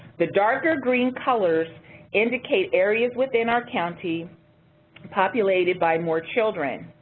the darker green colors indicate areas within our county populated by more children.